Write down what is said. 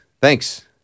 thanks